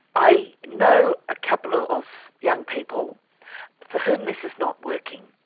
i know a couple of young people for whom this is not working.